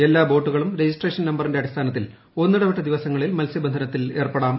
എല്ലാ ബോട്ടുകളും രജിസ്ട്രേഷൻ നമ്പറിന്റെ അടിസ്ഥാനത്തിൽ ഒന്നിടവിട്ട ദിവസങ്ങളിൽ മത്സ്യബന്ധനത്തിൽ ഏർപ്പെടാം